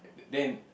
then